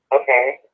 Okay